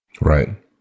Right